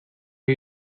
are